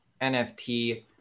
nft